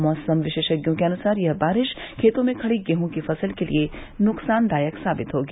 मौसम विशेषज्ञों के अनुसार यह बारिश खेतो में खड़ी गेहूँ की फसल के लिए नुकसानदायक साबित होगी